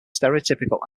stereotypical